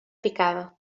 picada